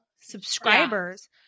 subscribers –